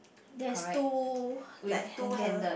there's two like handle